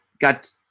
got